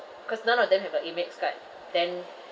cause none of them have a Amex card then